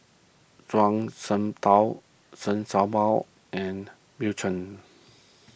Zhuang Shengtao Chen Show Mao and Bill Chen